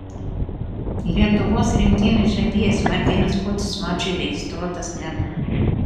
lietuvos rinktinės žaidėjas martynas pocius mačui registruotas nebuvo